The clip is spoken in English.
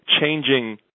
Changing